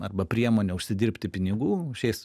arba priemone užsidirbti pinigų šiais